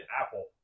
apple